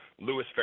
Louis